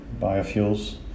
biofuels